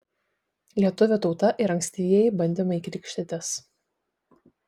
lietuvių tauta ir ankstyvieji bandymai krikštytis